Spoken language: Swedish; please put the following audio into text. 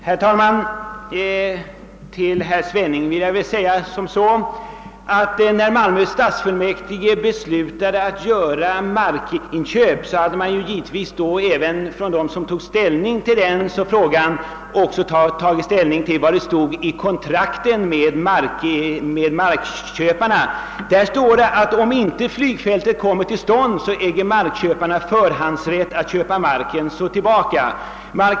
Herr talman! Till herr Svenning vill jag säga att när Malmö stadsfullmäktige beslutade att göra markinköp så hade de givetvis också tagit hänsyn till vad som stod i kontrakten med markägarna. Där står att om inte flygfältet kommer till stånd så äger markägarna köpa tillbaka marken.